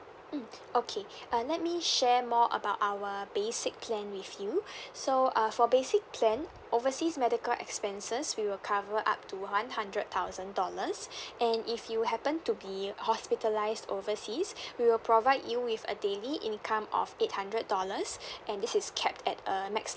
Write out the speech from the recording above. mm okay uh let me share more about our basic plan with you so uh for basic plan overseas medical expenses we will cover up to one hundred thousand dollars and if you happen to be hospitalised overseas we will provide you with a daily income of eight hundred dollars and this is kept at a max